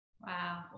Wow